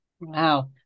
wow